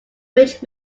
which